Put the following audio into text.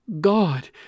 God